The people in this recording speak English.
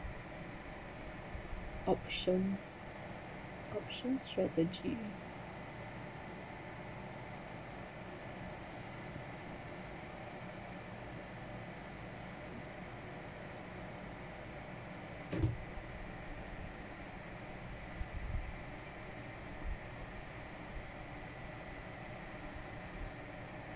options options strategy